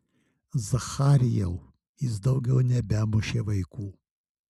zacharijau jis daugiau nebemušė vaikų